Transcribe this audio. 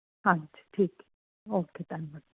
ਹਾਂਜੀ ਠੀਕ ਹੈ ਓਕੇ ਧੰਨਵਾਦ